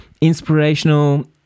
inspirational